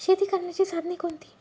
शेती करण्याची साधने कोणती?